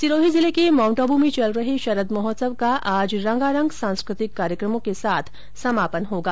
सिरोही जिले के माउंटआबू में चल रहे शरद महोत्सव का आज रंगारंग सांस्कृतिक कार्यकमों के साथ समापन होगा